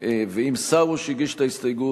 ואם שר הוא שהגיש את ההסתייגות,